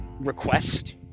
request